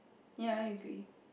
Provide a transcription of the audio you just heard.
ye I agree